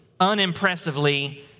unimpressively